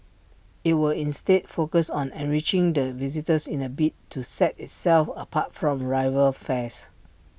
IT will instead focus on enriching the visitor's in A bid to set itself apart from rival affairs